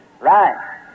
Right